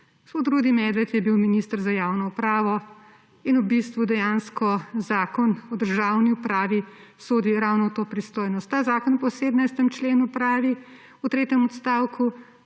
Gospod Rudi Medved je bil minister za javno upravo in v bistvu dejansko Zakon o državni upravi sodi ravno v to pristojnost. Ta zakon po 17. členu pravi v tretjem odstavku,